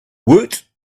woot